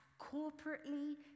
corporately